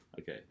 Okay